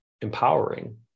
empowering